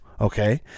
okay